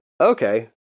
Okay